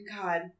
god